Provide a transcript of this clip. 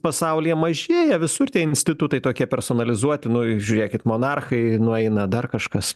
pasaulyje mažėja visur tie institutai tokie personalizuoti nu žiūrėkit monarchai nueina dar kažkas